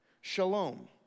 Shalom